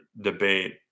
debate